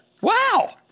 Wow